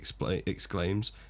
exclaims